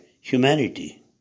humanity